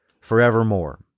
forevermore